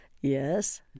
Yes